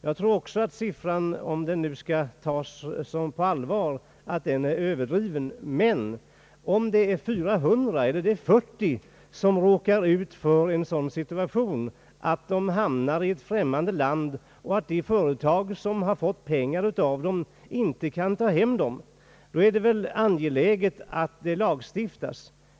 Jag tror också att den siffran, om den nu skall tas på allvar, är överdriven. Men om det är 400 eller 40 som råkar i en sådan situation att de hamnar i ett främmande land och att det företag som fått pengar av dem inte kan ordna deras hemresa, då är det väl angeläget att det lagstiftas.